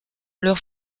leur